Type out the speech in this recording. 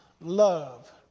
love